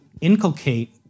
inculcate